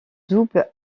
double